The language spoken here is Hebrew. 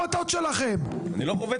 שלכם.